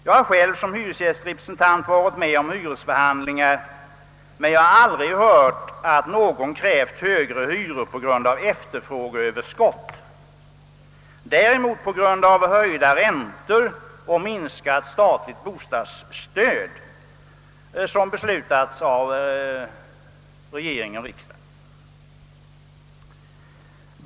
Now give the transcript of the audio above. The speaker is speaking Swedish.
Jag har själv som hyresgästrepresentant varit med om hyresförhandlingar, men jag har aldrig hört att någon krävt högre hyror på grund av efterfrågeöverskott, däremot på grund av höjda räntor och minskat bostadsstöd, som beslutats av regering och riksdag.